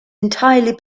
entirely